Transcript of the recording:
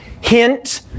hint